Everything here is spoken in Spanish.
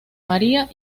maría